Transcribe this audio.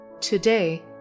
Today